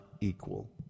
equal